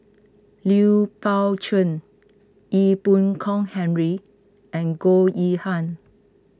Lui Pao Chuen Ee Boon Kong Henry and Goh Yihan